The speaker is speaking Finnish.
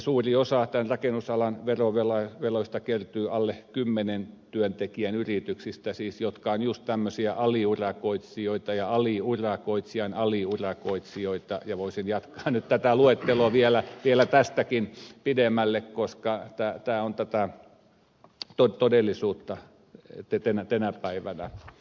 suuri osa tämän rakennusalan veroveloista kertyy alle kymmenen työntekijän yrityksistä siis niistä jotka ovat juuri tämmöisiä aliurakoitsijoita ja aliurakoitsijan aliurakoitsijoita ja voisin jatkaa nyt tätä luetteloa vielä tästäkin pidemmälle koska tämä on tätä todellisuutta tänä päivänä